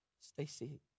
Stacy